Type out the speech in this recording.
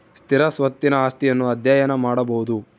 ಸ್ಥಿರ ಸ್ವತ್ತಿನ ಆಸ್ತಿಯನ್ನು ಅಧ್ಯಯನ ಮಾಡಬೊದು